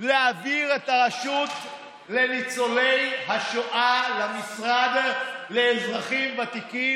להעביר את הרשות לניצולי השואה למשרד לאזרחים ותיקים,